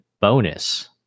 bonus